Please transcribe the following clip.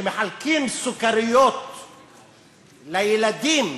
כשמחלקים סוכריות לילדים,